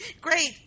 great